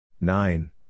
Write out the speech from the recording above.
Nine